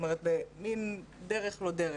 במין דרך לא דרך.